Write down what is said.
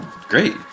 Great